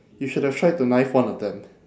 you should have tried to knife one of them